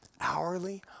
hourly